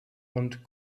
und